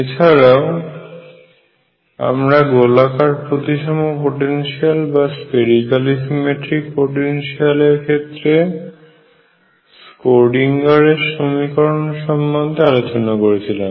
এছাড়াও আমরা গোলাকার প্রতিসম পোটেনশিয়াল এর ক্ষেত্রে স্ক্রোডিঙ্গারের সমীকরণের সম্বন্ধে আলোচনা করেছিলাম